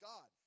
God